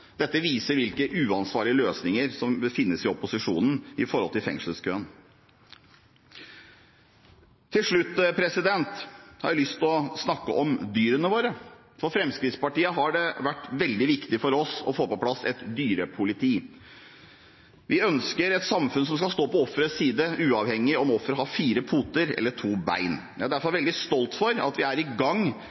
Dette viser hvilke uansvarlige løsninger opposisjonen har med hensyn til fengselskøen. Til slutt har jeg lyst til å snakke om dyrene våre. For Fremskrittspartiet har det vært veldig viktig å få på plass et dyrepoliti. Vi ønsker et samfunn som skal stå på offerets side, uavhengig av om offeret har fire poter eller to bein. Jeg er derfor veldig stolt av at vi er i gang